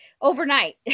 overnight